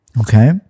Okay